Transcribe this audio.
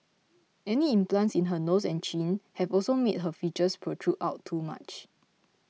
any implants in her nose and chin have also made her features protrude out too much